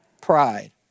pride